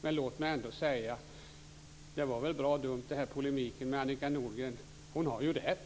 Men låt mig ändå säga att polemiken med Annika Nordgren ändå var bra dum. Hon har ju rätt.